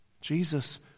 Jesus